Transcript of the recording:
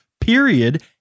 period